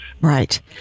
right